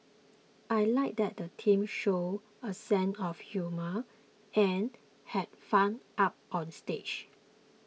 I like that the teams showed a sense of humour and had fun up on stage